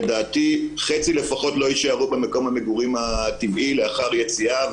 לדעתי לפחות חצי לא יישארו במקום המגורים הטבעי לאחר יציאה,